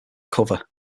cover